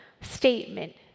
statement